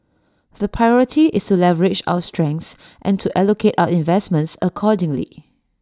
the priority is to leverage our strengths and to allocate our investments accordingly